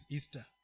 Easter